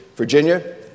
Virginia